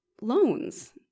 loans